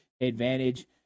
advantage